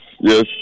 yes